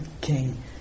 king